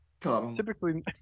Typically